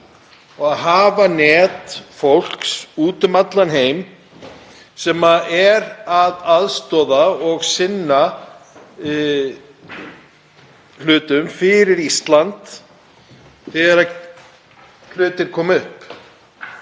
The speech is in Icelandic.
og hafa net fólks úti um allan heim sem aðstoðar og sinnir hlutum fyrir Ísland þegar hlutir koma upp.